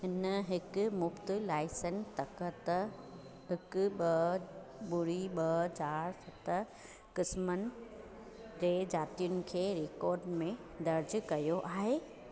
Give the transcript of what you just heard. इन हिक मुफ़्त लाइसेंन तखत हिकु ॿ ॿुड़ी ॿ चारि सत किस्मनि जे जातियुनि खे रिकार्ड में दर्ज कयो आहे